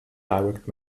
direct